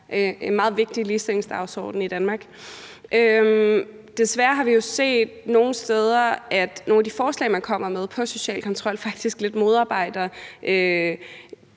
en meget vigtig ligestillingsdagsorden i Danmark. Desværre har vi jo set nogle steder, at nogle af de forslag, man kommer med i forhold til social kontrol, faktisk lidt modarbejder